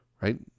Right